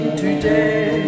today